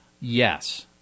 Yes